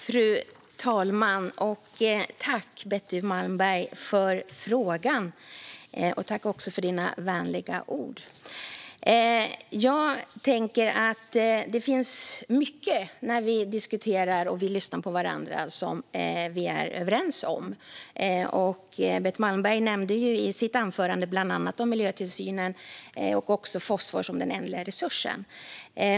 Fru talman! Tack, Betty Malmberg, för frågan och för dina vänliga ord! Jag tänker att det finns mycket som vi är överens om när vi diskuterar och lyssnar på varandra. Betty Malmberg nämnde i sitt anförande bland annat miljötillsynen och fosfor som den ändliga resursen.